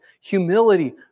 humility